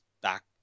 back